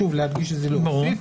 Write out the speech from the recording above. שוב, להדגיש שזה להוסיף.